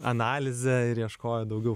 analizę ir ieškojo daugiau